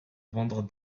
vendre